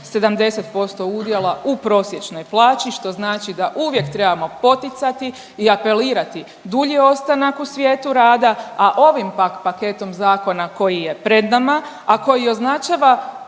70% udjela u prosječnoj plaći što znači da uvijek trebamo poticati i apelirati dulji ostanak u svijetu rada, a ovim pak paketom zakona koji je pred nama, a koji označava